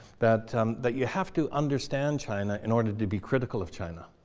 that that you have to understand china in order to be critical of china.